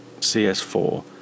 cs4